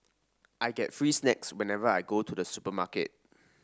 I get free snacks whenever I go to the supermarket